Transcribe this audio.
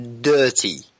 dirty